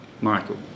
Michael